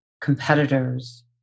competitors